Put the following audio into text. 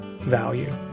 value